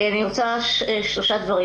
אני רוצה לומר שלושה דברים.